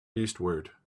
eastward